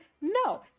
No